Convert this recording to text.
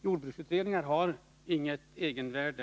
Jordbruksutredningar har inget egenvärde.